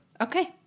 Okay